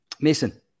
Mason